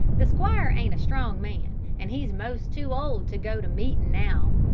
the squire ain't a strong man, and he's most too old to go to meetin' now.